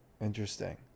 interesting